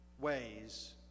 ways